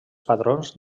patrons